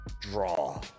draw